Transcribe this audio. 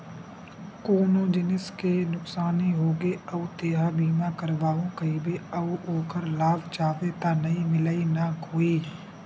कोनो जिनिस के नुकसानी होगे अउ तेंहा बीमा करवाहूँ कहिबे अउ ओखर लाभ चाहबे त नइ मिलय न गोये